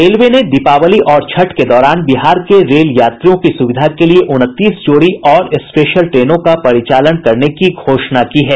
railway ने दीपावली और छठ के दौरान बिहार के रेल यात्रियों की सुविधा के लिए उनतीस जोड़ी और स्पेशल ट्रेनों का परिचालन करने की घोषणा की है